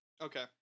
Okay